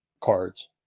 cards